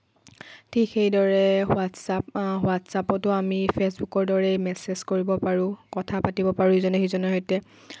ঠিক সেইদৰে হোৱাটছাপ হোৱাটছাপতো আমি ফেছবুকৰ দৰেই মেছেজ কৰিব পাৰোঁ কথা পাতিব পাৰোঁ ইজনে সিজনৰ সৈতে